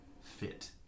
fit